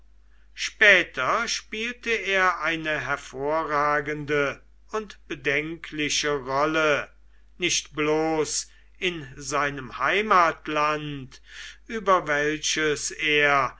später spielte er eine hervorragende und bedenkliche rolle nicht bloß in seinem heimatland über welches er